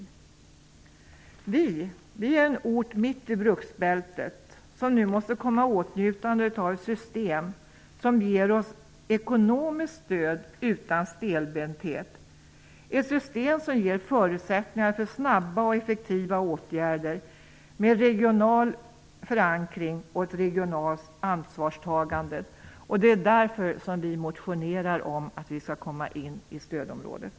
Avesta är en ort mitt i bruksbältet som nu måste komma i åtnjutande av ett system som ger oss ekonomiskt stöd utan stelbenthet -- ett system som ger förutsättningar för snabba och effektiva åtgärder med en regional förankring och ett regionalt ansvarstagande. Det är därför som vi motionerar om att få komma in i stödområdet.